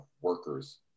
workers